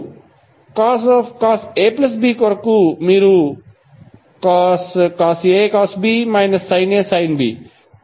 ఇప్పుడు cos AB కొరకు మీకు cos A cosB sinA sin B